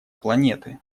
планеты